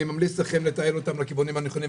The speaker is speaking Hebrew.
ממליץ לכם לתעל אותה לכיוונים הנכונים.